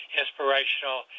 inspirational